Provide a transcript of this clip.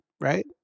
right